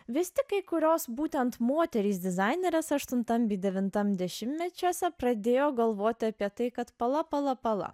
vis tik kai kurios būtent moterys dizainerės aštuntam bei devintam dešimtmečiuose pradėjo galvoti apie tai kad pala pala pala